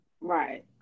Right